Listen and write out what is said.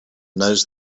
knows